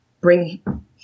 bring